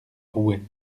rouet